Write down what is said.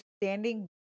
standing